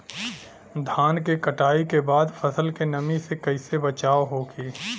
धान के कटाई के बाद फसल के नमी से कइसे बचाव होखि?